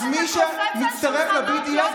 אז מי שמצטרף ל-BDS,